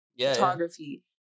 photography